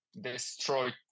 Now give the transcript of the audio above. destroyed